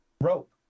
Rope